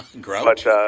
Grouchy